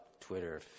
twitter